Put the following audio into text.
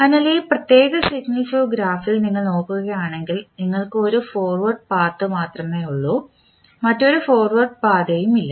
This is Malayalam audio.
അതിനാൽ ഈ പ്രത്യേക സിഗ്നൽ ഫ്ലോ ഗ്രാഫിൽ നിങ്ങൾ നോക്കുകയാണെങ്കിൽ നിങ്ങൾക്ക് ഒരു ഫോർവേഡ് പാത്ത് മാത്രമേയുള്ളൂ മറ്റൊരു ഫോർവേഡ് പാതയും ലഭ്യമല്ല